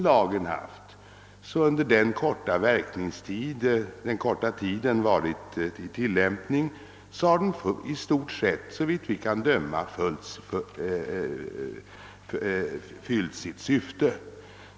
Jag har sagt att under den korta tid lagen varit i tillämpning har den i stort sett — såvitt vi kan bedöma — fyllt sitt syfte.